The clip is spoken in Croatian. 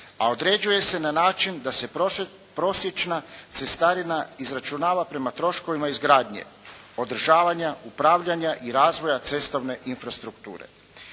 A određuje se na način da se prosječna cestarina izračunava prema troškovima izgradnje, održavanja, upravljanja i razvoja cestovne infrastrukture.